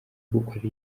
gukorera